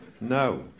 No